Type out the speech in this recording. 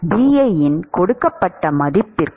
Bi இன் கொடுக்கப்பட்ட மதிப்புக்கு